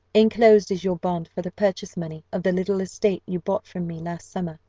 enclosed is your bond for the purchase-money of the little estate you bought from me last summer.